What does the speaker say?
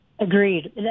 Agreed